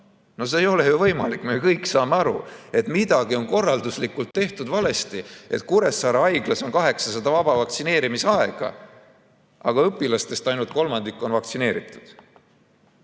See ei ole ju võimalik! Me kõik saame aru, et midagi on korralduslikult tehtud valesti, et Kuressaare haiglas on 800 vaba vaktsineerimisaega. Aga õpilastest ainult kolmandik on vaktsineeritud. See,